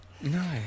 no